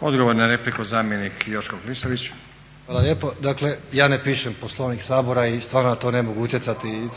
Odgovor na repliku, zamjenik Joško Klisović. **Klisović, Joško** Hvala lijepo. Dakle, ja ne pišem Poslovnik Sabora i stvarno na to ne mogu utjecati.